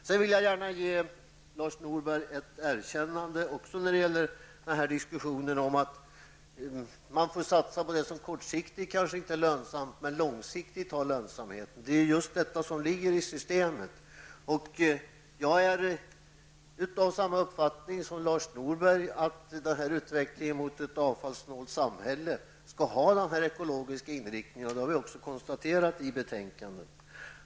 Sedan vill jag gärna ge Lars Norberg ett erkännande också när det gäller diskussionen om att man får satsa på det som kanske inte är lönsamt kortsiktigt men som långsiktigt har lönsamhet. Det är just det som ligger i systemet. Jag är av samma uppfattning som Lars Norberg, att utvecklingen mot ett avfallssnålt samhälle skall ha den här ekologiska inriktningen. Det har har vi också konstaterat i betänkandet.